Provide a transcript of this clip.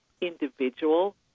individual